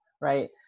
right